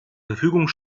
verfügung